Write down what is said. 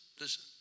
listen